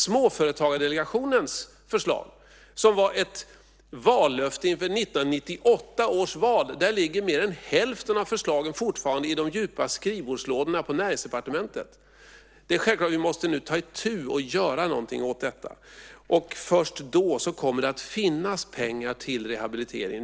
Småföretagsdelegationens förslag var ett vallöfte inför 1998 års val. Men mer än hälften av förslagen ligger fortfarande i de djupa skrivbordslådorna på Näringsdepartementet. Det är självklart att vi nu måste ta itu med detta och göra någonting åt det. Först då kommer det att finnas pengar till rehabilitering.